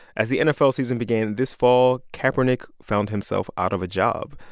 as the nfl season began this fall, kaepernick found himself out of a job,